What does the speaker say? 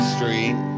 Street